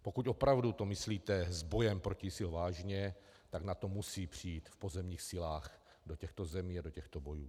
Pokud to opravdu myslíte s bojem proti ISIL vážně, tak NATO musí přijít v pozemních silách do těchto zemí a do těchto bojů.